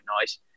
nice